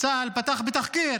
צה"ל פתח בתחקיר